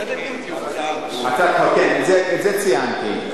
זה ציינתי.